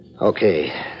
Okay